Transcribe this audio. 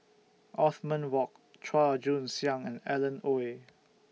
Othman Wok Chua Joon Siang and Alan Oei